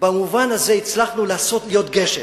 ובמובן הזה הצלחנו להיות גשר.